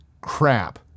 crap